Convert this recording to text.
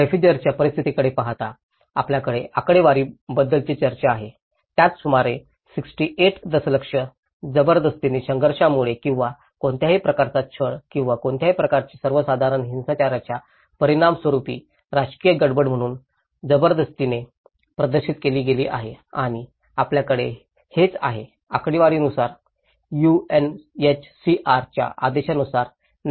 रेफुजिर्सांच्या परिस्थितीकडे पाहता आपल्याकडे आकडेवारी बद्दलची चर्चा आहे ज्यात सुमारे 68 दशलक्ष जबरदस्तीने संघर्षामुळे किंवा कोणत्याही प्रकारचा छळ किंवा कोणत्याही प्रकारची सर्वसाधारण हिंसाचाराच्या परिणामस्वरूप राजकीय गडबड म्हणून जबरदस्तीने प्रदर्शित केली गेली आहे आणि आपल्याकडे हेच आहे आकडेवारीनुसार यूएनएचसीआरच्या आदेशानुसार 19